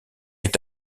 est